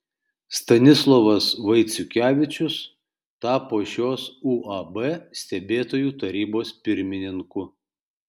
stanislovas vaiciukevičius tapo šios uab stebėtojų tarybos pirmininku